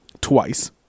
twice